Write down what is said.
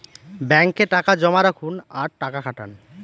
ব্যাঙ্কে টাকা জমা রাখুন আর টাকা খাটান